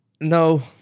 No